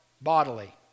bodily